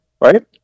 right